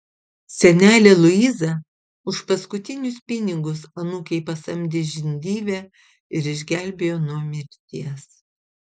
senelė luiza už paskutinius pinigus anūkei pasamdė žindyvę ir išgelbėjo nuo mirties